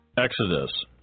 Exodus